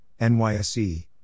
NYSE